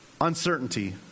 uncertainty